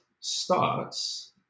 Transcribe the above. starts